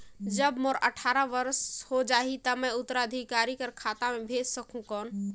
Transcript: जब मोर अट्ठारह वर्ष हो जाहि ता मैं उत्तराधिकारी कर खाता मे भेज सकहुं कौन?